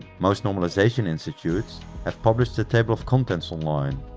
most normalization institutes have published the table of contents online.